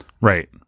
Right